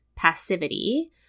passivity